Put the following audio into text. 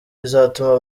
izatuma